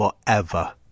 forever